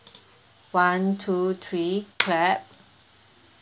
one two three clap